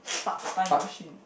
park a time machine